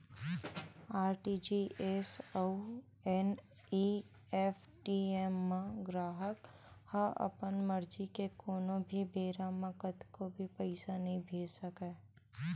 RTGS अउ NEFT म गराहक ह अपन मरजी ले कोनो भी बेरा म कतको भी पइसा नइ भेज सकय